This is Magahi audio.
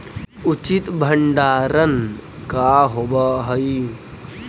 उचित भंडारण का होव हइ?